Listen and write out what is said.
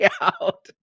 out